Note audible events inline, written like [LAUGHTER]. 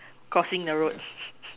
crossing the road [BREATH]